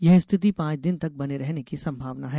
यह स्थिति पांच दिन तक बने रहने की संभावना है